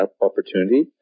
opportunity